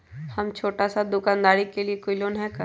हम छोटा सा दुकानदारी के लिए कोई लोन है कि?